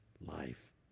life